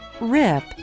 Rip